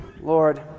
Lord